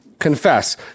confess